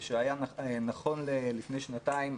שהיה נכון לפני שנתיים,